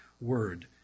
word